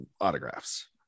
autographs